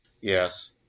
Yes